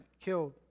killed